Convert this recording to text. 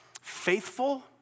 faithful